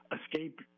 escape